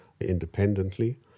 independently